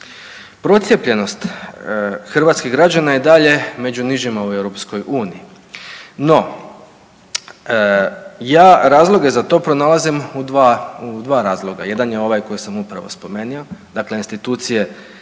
Procijepljenost hrvatskih građana je i dalje među nižima u EU, no ja razloge za to pronalazim u dva razloga. Jedan je ovaj koji sam upravo spomenuo, dakle institucije